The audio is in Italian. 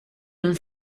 non